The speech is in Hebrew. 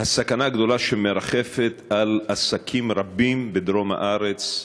הסכנה הגדולה שמרחפת מעל עסקים רבים בדרום הארץ,